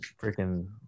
freaking